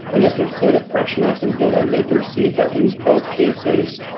i guess there's data freshness and data latency, but in both cases,